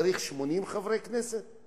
צריך 80 חברי כנסת?